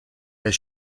est